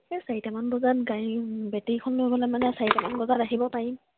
এই চাৰিটামান বজাত গাড়ী বেটেৰীখন লৈ গ'লে মানে চাৰিটামান বজাত আহিব পাৰিম